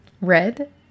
Red